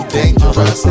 dangerous